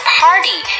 party